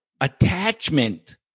attachment